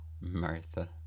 Martha